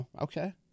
Okay